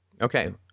Okay